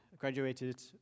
Graduated